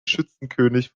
schützenkönig